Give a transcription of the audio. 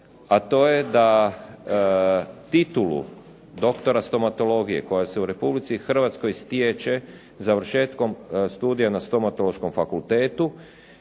a to je da titulu doktora stomatologije koja se u Republici Hrvatskoj stječe završetkom studija na Stomatološkom fakultetu,